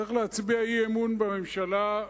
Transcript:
צריך להצביע אי-אמון בממשלה,